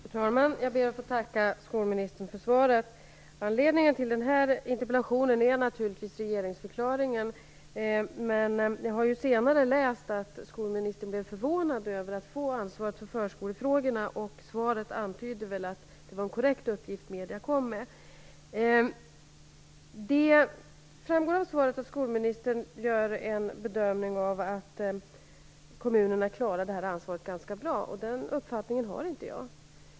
Fru talman! Jag ber att få tacka skolministern för svaret. Anledningen till den här interpellationen är naturligtvis regeringsförklaringen, men jag har senare läst att skolministern blev förvånad över att få ansvaret för förskolefrågorna. Svaret antyder väl att det var en korrekt uppgift som lämnades i medierna. Det framgår av svaret att skolministern gör den bedömningen att kommunerna klarar det här ansvaret ganska bra. Den uppfattningen har inte jag.